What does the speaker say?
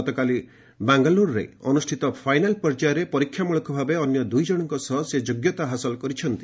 ଗତକାଲି ବାଙ୍ଗାଲୁରୁରେ ଅନୁଷ୍ଠିତ ଫାଇନାଲ୍ ପର୍ଯ୍ୟାୟରେ ପରୀକ୍ଷା ମ୍ବଳକ ଭାବେ ଅନ୍ୟ ଦ୍ରୁଇ ଜଣଙ୍କ ସହ ସେ ଯୋଗ୍ୟତା ହାସଲ କରିଛନ୍ତି